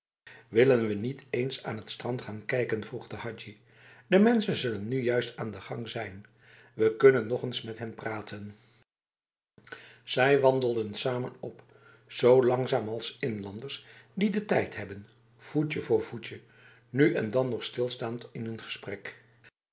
willen we niet eens aan het strand gaan kijken vroeg de hadji de mensen zullen nu juist aan de gang zijn we kunnen nog eens met hen praten zij wandelden samen op zo langzaam als inlanders die de tijd hebben voetje voor voetje nu en dan nog stilstaand in hun gesprek